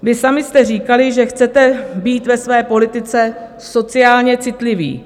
Vy sami jste říkali, že chcete být ve své politice sociálně citliví.